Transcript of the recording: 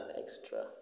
extra